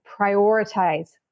prioritize